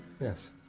Yes